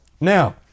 Now